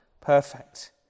perfect